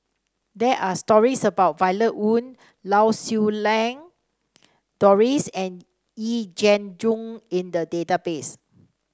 there are stories about Violet Oon Lau Siew Lang Doris and Yee Jenn Jong in the database